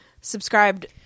subscribed